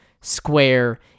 Square